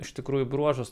iš tikrųjų bruožas